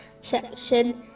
section